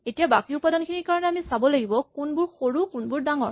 এতিয়া বাকী উপাদানখিনিৰ কাৰণে আমি চাব লাগিব কোনবোৰ সৰু কোনবোৰ ডাঙৰ